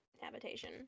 habitation